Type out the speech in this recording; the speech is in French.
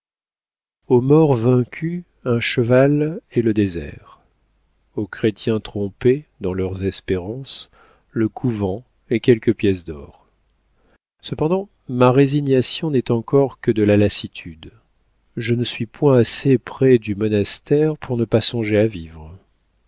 aux maures vaincus un cheval et le désert aux chrétiens trompés dans leurs espérances le couvent et quelques pièces d'or cependant ma résignation n'est encore que de la lassitude je ne suis point assez près du monastère pour ne pas songer à vivre